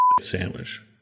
sandwich